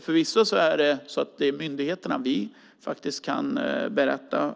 Förvisso är det myndigheterna och vi som kan berätta